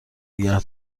نگه